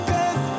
Cause